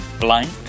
Blank